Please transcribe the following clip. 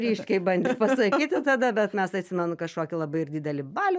ryškiai bandė pasakyti tada bet mes atsimenu kažkokį labai ir didelį balių